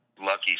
lucky